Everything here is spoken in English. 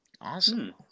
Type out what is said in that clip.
Awesome